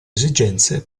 esigenze